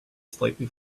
slightly